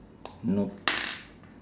nope